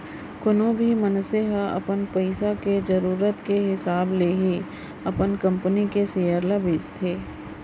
कोनो भी मनसे ह अपन पइसा के जरूरत के हिसाब ले ही अपन कंपनी के सेयर ल बेचथे